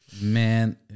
Man